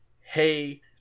hey